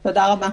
תודה רבה.